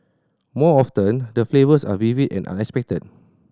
more often the flavours are vivid and unexpected